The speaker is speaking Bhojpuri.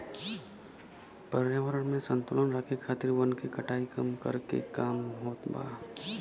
पर्यावरण में संतुलन राखे खातिर वन के कटाई कम करके काम होत बा